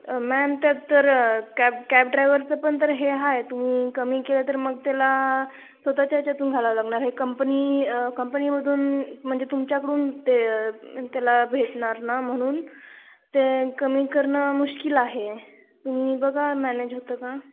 ma'am त्यात cab cab ड्रायव्हरचं पण तर हे आहे तुम्ही कमी केलं तर मग त्याला स्वतःच्या ह्याच्यातून घालावं लागणार हे कंपनी कंपनीमधून म्हणजे तुमच्याकडून ते त्याला भेटणार ना म्हणून ते कमी करणं मुश्किल आहे तुम्ही बघा मॅनेज होतं का